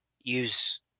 use